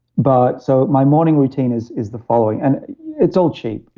but so my morning routine is is the following. and it's all cheap.